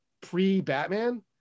pre-Batman